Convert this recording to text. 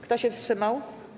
Kto się wstrzymał?